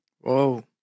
Whoa